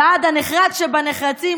ועד הנחרץ שבנחרצים,